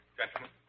gentlemen